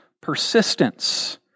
Persistence